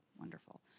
wonderful